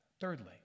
Thirdly